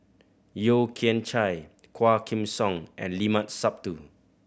Yeo Kian Chye Quah Kim Song and Limat Sabtu